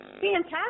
fantastic